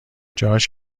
جاش